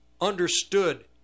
understood